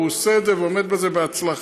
והוא עושה את זה ועומד בזה בהצלחה.